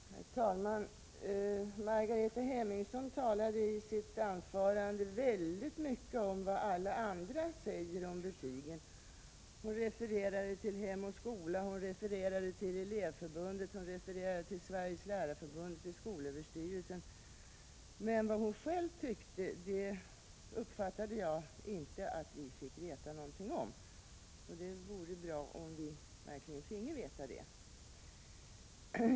Herr talman! Margareta Hemmingsson talade i sitt anförande mycket om vad alla andra säger om betygen. Hon refererade till Hem och skola, till Elevförbundet, till Sveriges lärarförbund och till skolöverstyrelsen, men vad hon själv tyckte uppfattade jag inte att vi fick veta någonting om. Det vore bra om vi verkligen finge veta det.